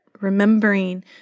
remembering